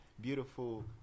beautiful